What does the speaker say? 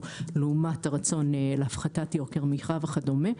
לעומת הרצון להפחתת יוקר המחייה וכדומה.